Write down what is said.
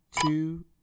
two